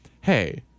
hey